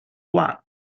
what